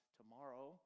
tomorrow